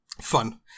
Fun